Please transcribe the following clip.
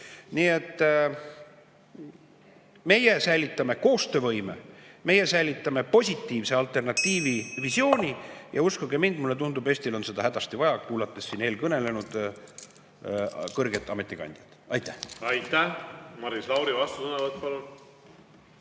Nii et meie säilitame koostöövõime, meie säilitame positiivse alternatiivi visiooni. Uskuge mind, mulle tundub, et Eestil on seda hädasti vaja, kuulates siin eelkõnelenud kõrget ametikandjat. Aitäh! Aitäh! Maris Lauri, vastusõnavõtt, palun!